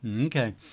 Okay